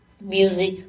music